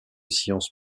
science